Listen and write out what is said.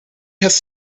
has